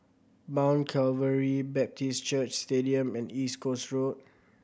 Mount Calvary Baptist Church Stadium and East Coast Road